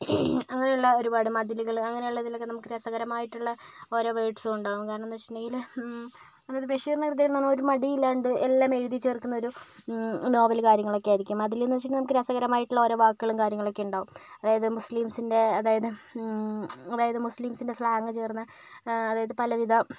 അങ്ങനെയുള്ള ഒരുപാട് മതിലുകൾ അങ്ങനെയുള്ള ഇതിലൊക്കെ രസകരമായിട്ടുള്ള ഓരോ വേർഡ്സും ഉണ്ടാകും കാരണം എന്ന് വെച്ചിട്ടുണ്ടെങ്കിൽ ബഷീറിൻ്റെ ഒരു മടിയില്ലാണ്ട് എല്ലാം എഴുതി ചേർക്കുന്ന ഒരു നോവൽ കാര്യങ്ങൾ ഒക്കെ ആയിരിക്കും അതിൽ എന്ന് വെച്ചിട്ടുണ്ടെങ്കിൽ രസകരമായിട്ടുള്ള ഓരോ വാക്കുകളും കാര്യങ്ങളും ഒക്കെ ഉണ്ടാ അതായത് മുസ്ലിംസിൻ്റെ അതായത് അതായത് മുസ്ലിംസിൻ്റെ സ്ലാങ് ചേർന്ന അതായത് പലവിധ